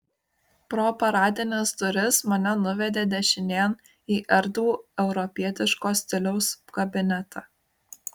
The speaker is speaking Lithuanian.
pro paradines duris mane nuvedė dešinėn į erdvų europietiško stiliaus kabinetą